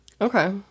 Okay